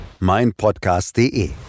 meinpodcast.de